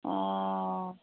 অঁ